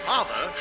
Father